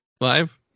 live